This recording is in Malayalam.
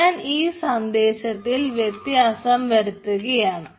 ഞാൻ ഈ സന്ദേശത്തിൽ വ്യത്യാസം വരുത്തുകയാണ്